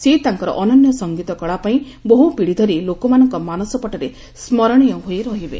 ସେ ତାଙ୍କର ଅନନ୍ୟ ସଙ୍ଗୀତ କଳାପାଇଁ ବହୁ ପିଢ଼ି ଧରି ଲୋକମାନଙ୍କ ମାନସପଟରେ ସ୍କରଣୀୟ ହୋଇ ରହିବେ